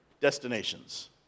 destinations